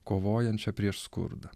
kovojančią prieš skurdą